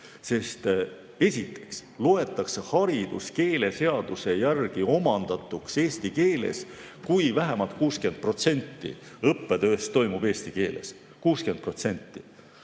sest esiteks loetakse haridus keeleseaduse järgi eesti keeles omandatuks, kui vähemalt 60% õppetööst toimub eesti keeles. 60%!